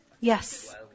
Yes